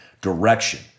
direction